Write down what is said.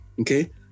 Okay